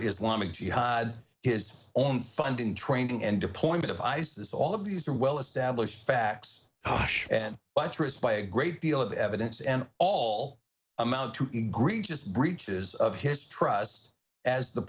islamic jihad his funding training and deployment of isis all of these are well established facts and buttress by a great deal of evidence and all amount to agree just breaches of his trust as the